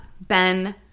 Ben